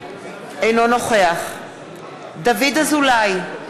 אינו נוכח דוד אזולאי,